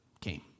came